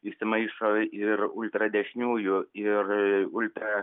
įsimaišo ir ultradešiniųjų ir ultra